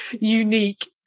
unique